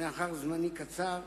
מאחר שזמני קצר,